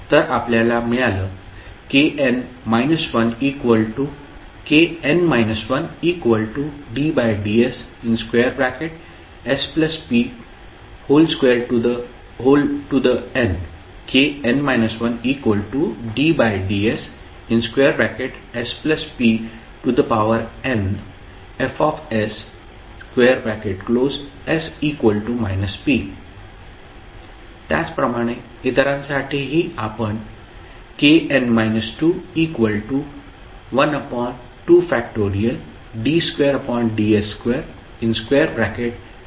तर आपल्याला मिळालं kn 1ddsspnF।s p त्याचप्रमाणे इतरांसाठीही आपण kn 212